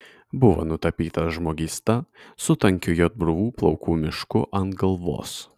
buvo nutapytas žmogysta su tankiu juodbruvų plaukų mišku ant galvos